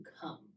come